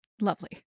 Lovely